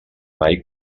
mai